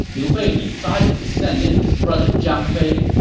liu bei decided to send in his brother zhang fei.